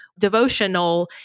devotional